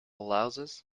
louses